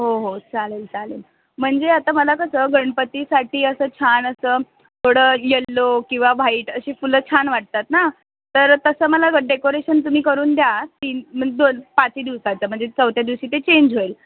हो हो चालेल चालेल म्हणजे आता मला कसं गणपतीसाठी असं छान असं थोडं यल्लो किंवा व्हाईट अशी फुलं छान वाटतात ना तर तसं मला डेकोरेशन तुम्ही करून द्या तीन मग दोन पाचही दिवसाचं म्हणजे चौथ्या दिवशी ते चेंज होईल